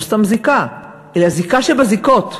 לא סתם זיקה, אלא זיקה שבזיקות,